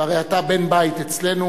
ואתה הרי בן-בית אצלנו,